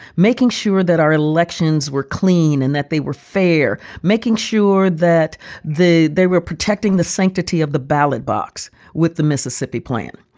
making sure that our elections were clean and that they were fair, making sure that the they were protecting the sanctity of the ballot box with the mississippi plan.